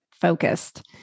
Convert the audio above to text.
focused